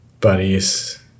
buddies